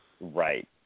Right